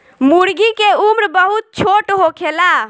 मूर्गी के उम्र बहुत छोट होखेला